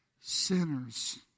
sinners